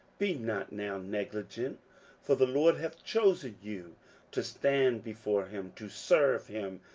be not now negligent for the lord hath chosen you to stand before him, to serve him,